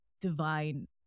divine